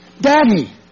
Daddy